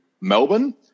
Melbourne